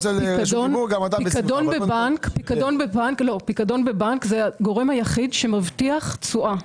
פיקדון בבנק זה הגורם היחיד שמבטיח תשואה.